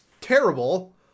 terrible